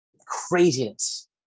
craziness